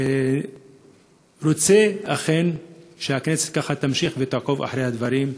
אני אכן רוצה שהכנסת ככה תמשיך ותעקוב אחרי הדברים,